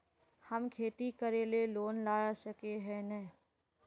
हम खेती करे ले लोन ला सके है नय?